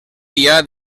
dia